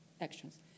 actions